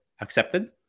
accepted